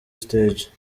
stage